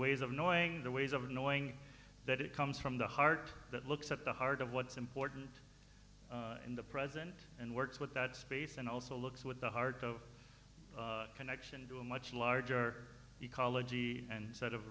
ways of knowing the ways of knowing that it comes from the heart that looks at the heart of what's important in the present and works with that space and also looks with the heart of connection to a much larger ecology and set of